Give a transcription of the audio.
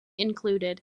included